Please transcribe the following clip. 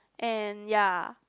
and ya